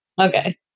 Okay